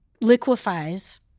liquefies